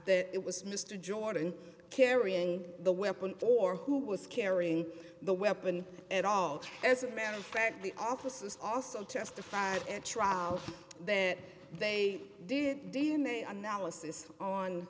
that it was mr jordan carrying the weapon or who was carrying the weapon at all as a matter of fact the officers also testified at trial that they did d n a analysis on